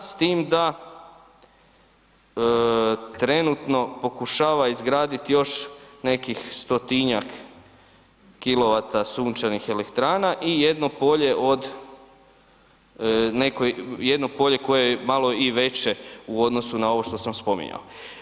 S time da trenutno pokušava izgraditi još nekih 100-tinjak kilovata sunčanih elektrana i jedno polje od, jedno polje koje je malo i veće u odnosu na ovo što sam spominjao.